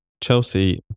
Chelsea